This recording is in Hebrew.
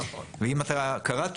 ואם אתה קראת,